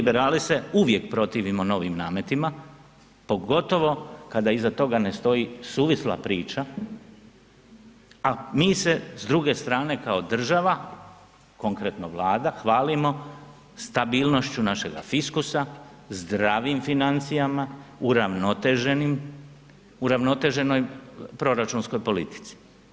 Mi Liberali se uvijek protivimo novim nametima, pogotovo kada iza toga ne stoji suvisla priča, a mi se s druge strane država, konkretno Vlada, hvalimo stabilnošću našega fiskusa, zdravim financijama, uravnoteženoj proračunskoj politici.